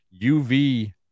UV